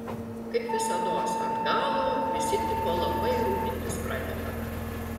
kaip visados ant galo visi tipo labai rūpintis pradeda